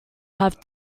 have